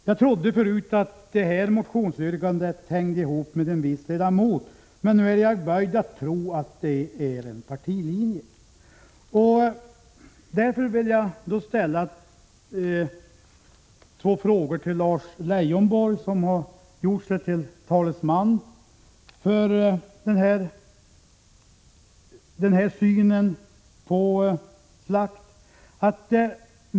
Jag trodde förut att detta motionsyrkande hängde ihop med en viss ledamot, men nu är jag böjd att tro att det är en partilinje. Därför vill jag ställa två frågor till Lars Leijonborg, som har gjort sig till talesman för den här synen på slakt.